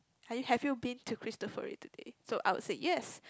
have you have you been to cristoforI today so I'd say yes